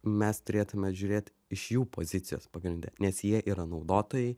mes turėtume žiūrėt iš jų pozicijos pagrinde nes jie yra naudotojai